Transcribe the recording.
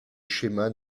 schémas